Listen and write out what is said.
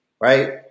right